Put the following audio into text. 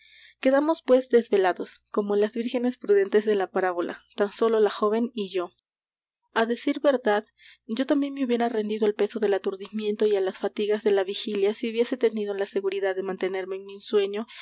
quedamos pues desvelados como las vírgenes prudentes de la parábola tan sólo la joven y yo á decir verdad yo también me hubiera rendido al peso del aturdimiento y á las fatigas de la vigilia si hubiese tenido la seguridad de mantenerme en mi sueño